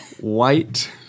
white